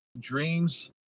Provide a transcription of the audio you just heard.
dreams